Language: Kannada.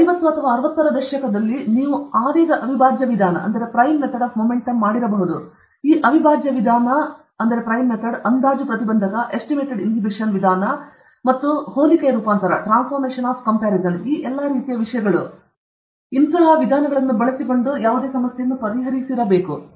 ಐವತ್ತರ ಮತ್ತು ಅರವತ್ತರ ದಶಕದಲ್ಲಿ ನೀವು ಆವೇಗ ಅವಿಭಾಜ್ಯ ವಿಧಾನವನ್ನು ಮಾಡಬಹುದು ಈ ಅವಿಭಾಜ್ಯ ವಿಧಾನ ಅಂದಾಜು ಪ್ರತಿಬಂಧಕ ವಿಧಾನ ಮತ್ತು ಎಲ್ಲಾ ಹೋಲಿಕೆಯ ರೂಪಾಂತರ ಮತ್ತು ಎರಡು ಮೂಲ ಆಲ್ಫಾ ಟಿ ಯಿಂದ ಸಮಾನವಾದವುಗಳೆಂದರೆ ಎಲ್ಲಾ ರೀತಿಯ ರೀತಿಯ ವಿಷಯಗಳು ಅವರು ಕೆಳಗಿಳಿದ ಆ ವಿಧಾನವನ್ನು ಬಳಸಿಕೊಂಡು ಪರಿಹರಿಸಿದರು